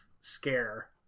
scare